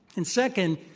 and, second,